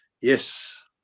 yes